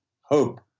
hope